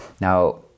Now